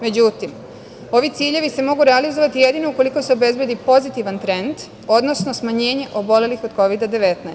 Međutim, ovi ciljevi se mogu realizovati jedino ukoliko se obezbedi pozitivan trend, odnosno smanjenje obolelih od Kovid-19.